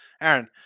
Aaron